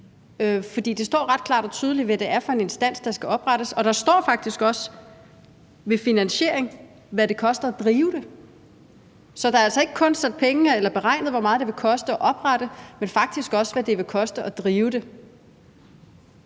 For det står ret klart og tydeligt, hvad det er for en instans, der skal oprettes, og der står faktisk også ved finansiering, hvad det koster at drive det. Så der er altså ikke kun sat penge af til at oprette det eller beregnet, hvor meget det vil koste at oprette det, men faktisk også, hvad det vil koste at drive det.